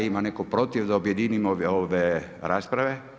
Ima netko protiv da objedinimo ove rasprave?